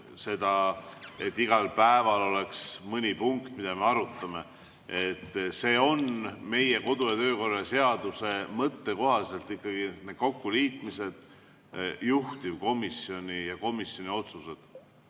seda, et iga päeval oleks mõni punkt, mida me arutame. See on meie kodu- ja töökorra seaduse mõtte kohaselt ikkagi nii, et kokkuliitmised on juhtivkomisjonide otsused.